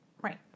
Right